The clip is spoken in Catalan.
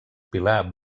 pilar